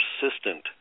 persistent